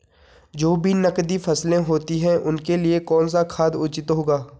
जो भी नकदी फसलें होती हैं उनके लिए कौन सा खाद उचित होगा?